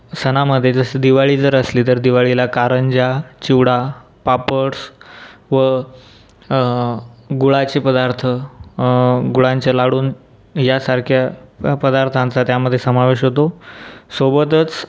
सणामधे जसं दिवाळी जर असली तर दिवाळीला करंज्या चिवडा पापड व गुळाचे पदार्थ गुळांचे लाडू यासारख्या पदार्थांचा त्यामध्ये समावेश होतो सोबतच